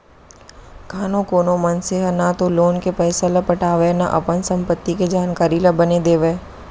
कानो कोनो मनसे ह न तो लोन के पइसा ल पटावय न अपन संपत्ति के जानकारी ल बने देवय